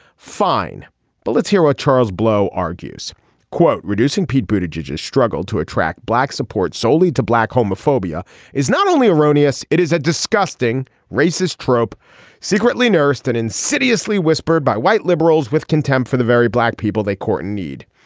fine but let's hear a charles blow argues quote reducing pete booted judges struggled to attract black support solely to black homophobia is not only erroneous. it is a disgusting racist trope secretly nursed and insidiously whispered by white liberals with contempt for the very black people they caught in need